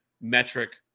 metric